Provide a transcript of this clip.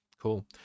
Cool